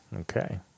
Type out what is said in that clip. Okay